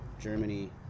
Germany